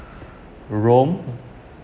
rome